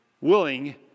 willing